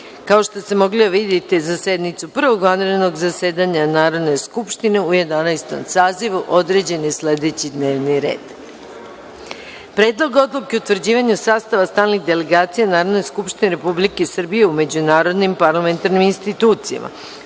što ste mogli da vidite, za sednicu Prvog vanrednog zasedanja Narodne skupštine u Jedanaestom sazivu, određen je sledećiD n e v n i r e d:1. Predlog odluke o utvrđivanju sastava stalnih delegacija Narodne skupštine Republike Srbije u međunarodnim parlamentarnim institucijama;2.